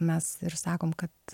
mes ir sakom kad